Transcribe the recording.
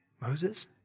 Moses